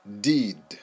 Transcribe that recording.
deed